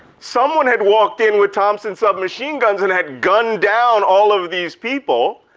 someone had walked in with thompson submachine guns and had gunned down all of these people.